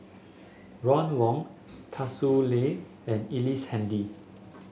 Ron Wong Tsung Yeh and Ellice Handy